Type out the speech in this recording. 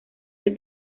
del